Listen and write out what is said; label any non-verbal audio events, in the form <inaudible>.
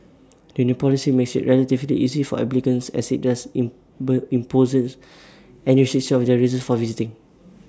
the new policy makes IT relatively easy for applicants as IT doesn't impose <unintelligible> on their reasons for visiting